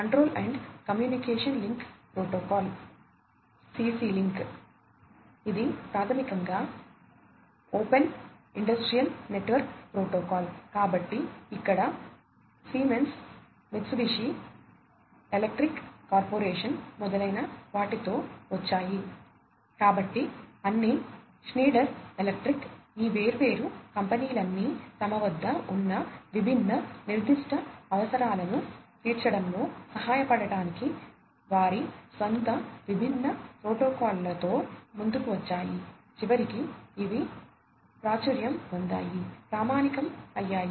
control and communication link protocol మొదలైన వాటితో వచ్చాయి